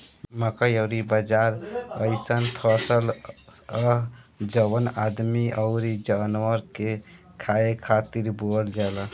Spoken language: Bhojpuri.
मकई अउरी बाजरा अइसन फसल हअ जवन आदमी अउरी जानवर के खाए खातिर बोअल जाला